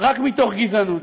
רק מתוך גזענות.